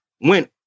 went